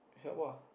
help ah